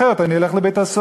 אחרת אני הולך לבית-הסוהר.